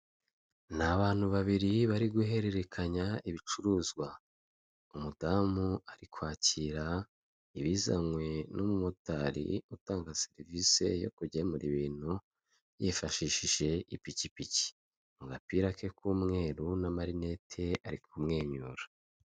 Ni abantu babiri bari guhererekanya ibicuruzwa, umudamu ari kwakira ibizanywe n'umumotari utanga serivisi yo kugemura ibintu yifashishije ipikipiki, mu gapira ke k'umweru n.amarinete ari kumwenyura.